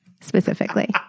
specifically